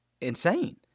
insane